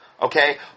Okay